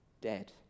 Dead